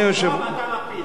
כל חוק טוב אתה מפיל.